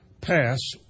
pass